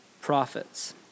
prophets